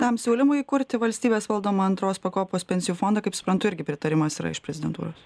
tam siūlymui įkurti valstybės valdomą antros pakopos pensijų fondą kaip suprantu irgi pritarimas yra iš prezidentūros